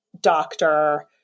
doctor